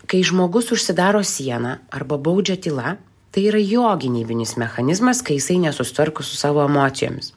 kai žmogus užsidaro siena arba baudžia tyla tai yra jo gynybinis mechanizmas kai jisai nesusitvarko su savo emocijomis